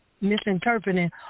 misinterpreting